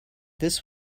this